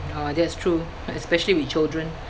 ah that's true especially with children